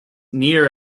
near